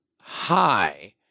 hi